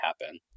happen